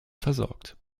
versorgt